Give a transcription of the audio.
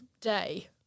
day